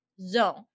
zone